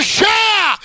share